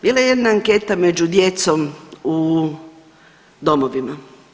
Bila je jedna anketa među djecom u domovima.